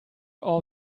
all